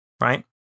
right